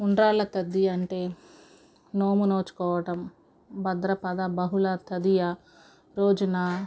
ఉండ్రాళ్ళ తద్ది అంటే నోము నోచుకోవటం భాద్రపద బహుళ తదియ రోజున